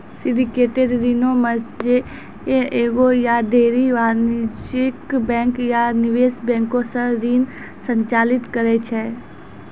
syndicated ऋणो मे जे एगो या ढेरी वाणिज्यिक बैंक या निवेश बैंको से ऋण संचालित करै छै